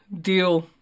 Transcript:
deal